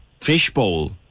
fishbowl